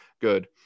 good